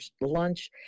lunch